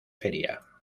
feria